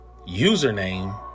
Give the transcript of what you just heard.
username